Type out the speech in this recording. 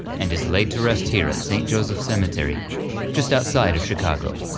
and is laid to rest here at st. joseph's cemetery just outside of chicago.